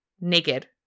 naked